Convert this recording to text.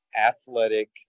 athletic